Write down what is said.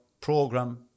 program